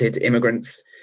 immigrants